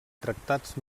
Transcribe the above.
tractats